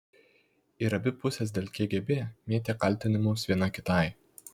ir abi pusės dėl kgb mėtė kaltinimus viena kitai